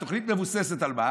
התוכנית מבוססת על מה?